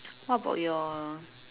what about your